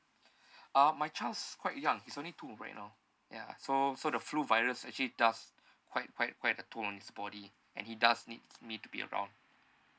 uh my child's quite young he's only two right now ya so so the flu virus actually does quite quite quite a toll on his body and he does need me to be around